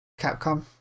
Capcom